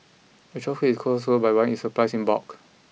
the shop keeps its costs low by buying its supplies in bulk